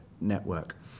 network